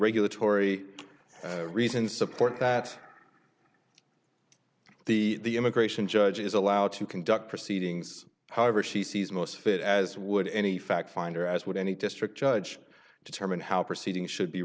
regulatory reasons support that the immigration judge is allowed to conduct proceedings however she sees most fit as would any factfinder as would any district judge determine how proceedings should be